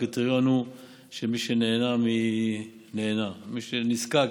הקריטריון הוא שמי שנהנה, מי שנזקק